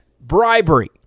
bribery